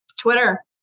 Twitter